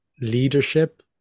leadership